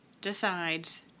decides